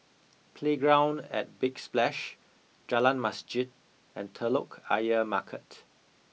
playground at Big Splash Jalan Masjid and Telok Ayer Market